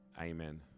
Amen